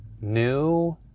new